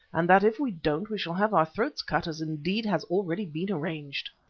and that if we don't we shall have our throats cut as indeed has already been arranged.